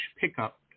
pickup